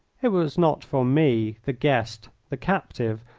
it was not for me, the guest, the captive,